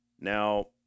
Now